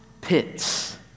pits